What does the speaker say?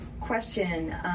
question